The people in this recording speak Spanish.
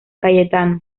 cayetano